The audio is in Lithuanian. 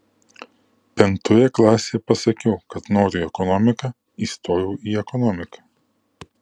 penktoje klasėje pasakiau kad noriu į ekonomiką įstojau į ekonomiką